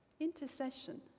Intercession